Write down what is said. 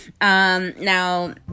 now